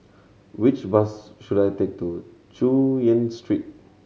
which bus should I take to Chu Yen Street